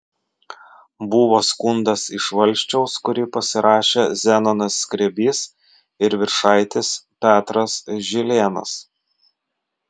buvo skundas iš valsčiaus kurį pasirašė zenonas skrebys ir viršaitis petras žilėnas